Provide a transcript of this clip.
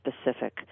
specific